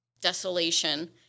desolation